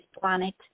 planet